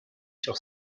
sur